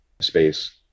space